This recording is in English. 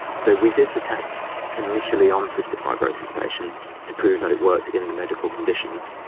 so we did the tests initially on cystic fibrosis patients to prove that it worked in the medical conditions.